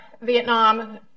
Vietnam